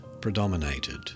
predominated